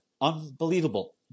unbelievable